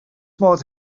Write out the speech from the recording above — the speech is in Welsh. modd